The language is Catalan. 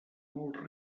molt